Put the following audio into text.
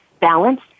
balance